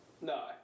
No